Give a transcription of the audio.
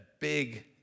big